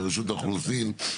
רשות האוכלוסין,